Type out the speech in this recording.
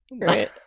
Right